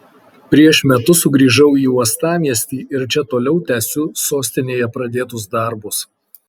prieš metus sugrįžau į uostamiestį ir čia toliau tęsiu sostinėje pradėtus darbus